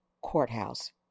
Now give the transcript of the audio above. courthouse